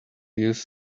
used